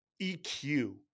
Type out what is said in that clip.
EQ